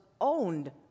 owned